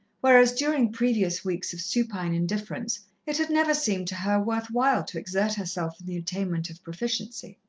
whereas during previous weeks of supine indifference, it had never seemed to her worth while to exert herself in the attainment of proficiency.